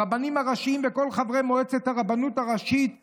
הרבנים הראשיים וכל חברי מועצת הרבנות הראשית לישראל,